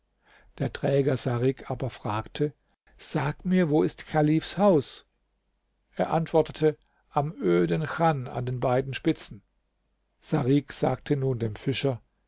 der träger sarik aber fragte sag mir wo ist chalifs haus er antwortete am öden chan an den beiden spitzen sarik sagte nun dem fischer